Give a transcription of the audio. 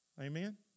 Amen